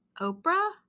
Oprah